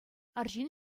арҫын